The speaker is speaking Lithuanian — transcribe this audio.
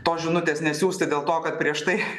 tos žinutės nesiųsti dėl to kad prieš tai